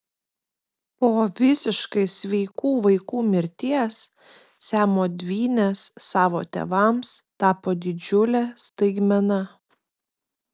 po visiškai sveikų vaikų mirties siamo dvynės savo tėvams tapo didžiule staigmena